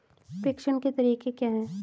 प्रेषण के तरीके क्या हैं?